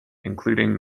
including